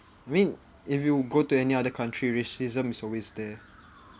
I mean if you go to any other country racism is always there